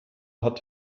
hat